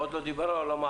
עוד לא דיברנו על המעבורת.